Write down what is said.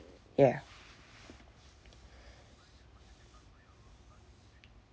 ya